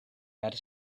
had